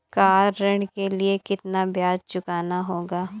Car ऋण के लिए कितना ब्याज चुकाना होगा?